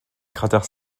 cratères